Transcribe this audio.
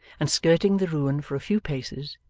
and skirting the ruin for a few paces,